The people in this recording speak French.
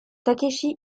takeshi